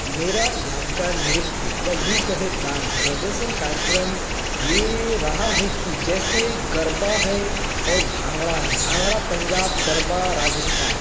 मेरा यादगार नृत्य या यूँ कहे डांस प्रदर्शन कार्यक्रम ये रहा है कि जैसे गरबा है और भांगड़ा है भांगड़ा पंजाब गरबा राजस्थान